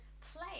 play